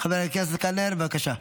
חבר הכנסת קלנר, בבקשה,